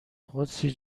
قدسی